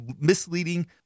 misleading